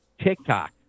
TikTok